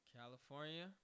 California